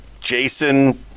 Jason